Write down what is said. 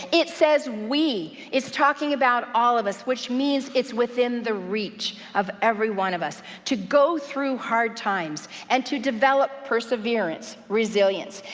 it says we. it's talking about all of us, which means it's within the reach of every one of us. to go through hard times and to develop perseverance, resilience,